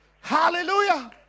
Hallelujah